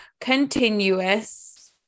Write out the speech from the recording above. continuous